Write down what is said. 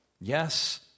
Yes